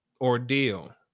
ordeal